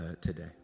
today